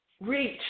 reach